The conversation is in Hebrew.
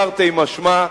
תרתי משמע,